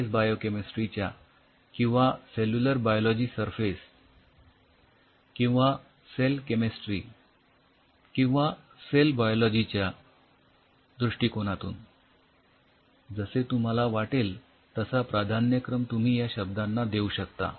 surface biochemistry च्या किंवा cellular biology surface किंवा सेल केमिस्ट्री किंवा सेल बायोलॉजीच्या दृष्टिकोनातून जसे तुम्हाला वाटेल तसा प्राधान्यक्रम तुम्ही या शब्दांना देऊ शकता